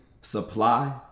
supply